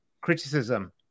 criticism